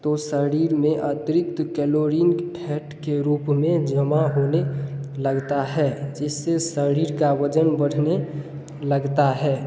तो शरीर में अतिरिक्त कैलोरीन फैट के रूप में जमा होने लगता है जिससे शरीर का वजन बढ़ने लगता है